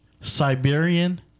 Siberian